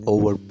Over